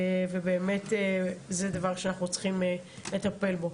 ובאמת זה דבר שאנחנו צריכים לטפל בו.